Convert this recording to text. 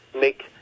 make